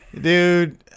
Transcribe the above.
dude